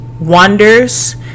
wonders